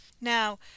Now